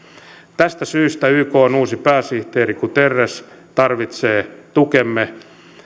tästä syystä ykn uusi pääsihteeri guterres tarvitsee tukemme